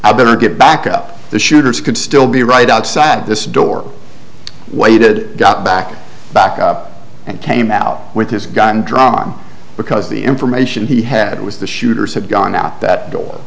i better get back up the shooters could still be right outside this door waited got back back up and came out with his gun drawn because the information he had was the shooters had gone out that door